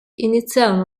iniziarono